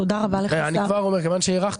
תודה רבה לך יושב הראש,